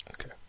Okay